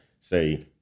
say